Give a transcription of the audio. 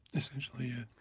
essentially yes.